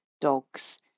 dogs